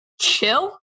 chill